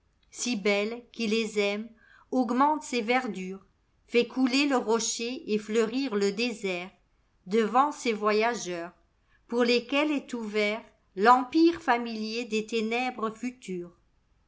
cybèle qui les aime augmente ses verdures fait couler le rocher et fleurir le désertdevant ces voyageurs pour lesquels est ouvertl'empire familier des ténèbres futures